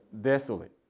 desolate